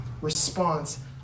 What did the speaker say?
response